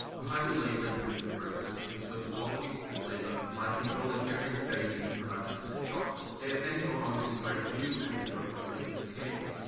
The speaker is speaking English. a highly labor intensive process to insure the quality and flavor by controlling every stage in the production of their chocolate. they have then gone onto create many new and exotic flavors of candy.